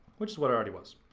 which is what i already was.